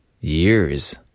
years